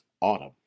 autumn